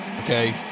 Okay